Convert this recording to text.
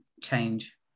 change